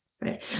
right